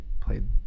played